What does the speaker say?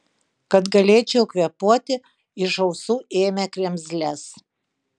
kad galėčiau kvėpuoti iš ausų ėmė kremzles